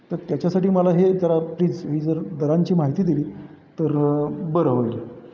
तर त्याच्यासाठी मला हे जरा प्लीज ही जर दरांची माहिती दिली तर बरं होईल